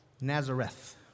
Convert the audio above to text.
Nazareth